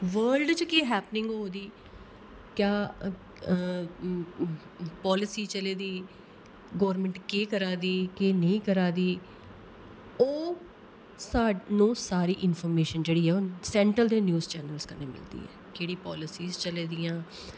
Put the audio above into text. world च केह् happening होआ दी क्या पालिसी चली दी गौैरमेंट केह् करा दी केह् नेईं करा दी ओह् सानूं सारी इंफरमेशन जेह्ड़ी ऐ ओह् सैंटर दे न्यूज चैनल्स कन्नै मिलदी ऐ केह्ड़ी पालिसीज चलै दियां